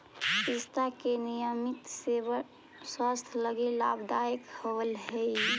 पिस्ता के नियमित सेवन स्वास्थ्य लगी लाभदायक होवऽ हई